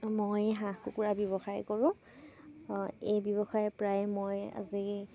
মই হাঁহ কুকুৰা ব্যৱসায় কৰোঁ এই ব্যৱসায় প্ৰায় মই আজি